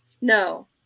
No